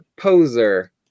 poser